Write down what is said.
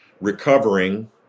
recovering